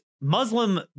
Muslim